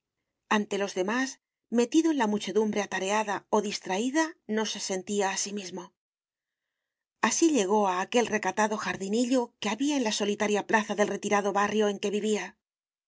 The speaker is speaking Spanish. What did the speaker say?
ante los demás metido en la muchedumbre atareada o distraída no se sentía a sí mismo así llegó a aquel recatado jardinillo que había en la solitaria plaza del retirado barrio en que vivía